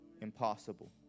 impossible